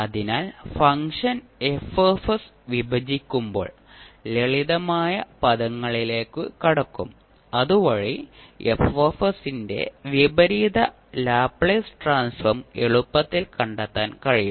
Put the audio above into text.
അതിനാൽ function F വിഭജിക്കുമ്പോൾ ലളിതമായ പദങ്ങളിലേക്ക് കടക്കും അതുവഴി F ന്റെ വിപരീത ലാപ്ലേസ് ട്രാൻസ്ഫോം എളുപ്പത്തിൽ കണ്ടെത്താൻ കഴിയും